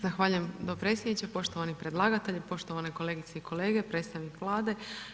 Zahvaljujem dopredsjedniče, poštovani predlagatelju, poštovane kolegice i kolege, predstavnik vlade.